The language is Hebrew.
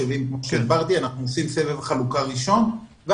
אנחנו עושים סבב חלוקה ראשון עם ה-135,000 מחשבים,